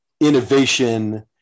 Innovation